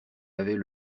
avait